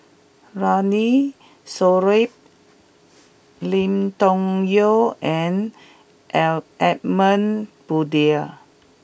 Ramli Sarip Lim Chong Yah and L Edmund Blundell